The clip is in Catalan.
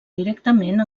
directament